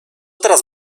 teraz